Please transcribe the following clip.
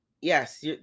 yes